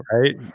right